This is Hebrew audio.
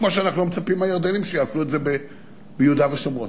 כמו שאנחנו לא מצפים מהירדנים שיעשו את זה ביהודה ושומרון.